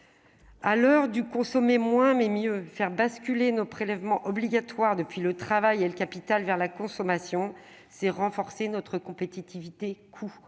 à l'heure du « consommer moins, mais mieux », faire basculer nos prélèvements obligatoires depuis le travail et le capital vers la consommation revient à renforcer notre compétitivité-coût.